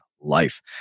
Life